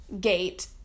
gate